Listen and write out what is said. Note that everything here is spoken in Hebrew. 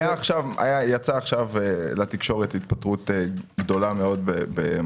יצאה עכשיו לתקשורת התפטרות גדולה מאוד.